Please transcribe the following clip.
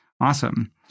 awesome